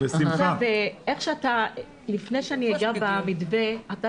עכשיו, לפני שאני אגע במתווה, אתה